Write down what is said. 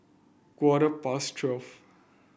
quarter past twelve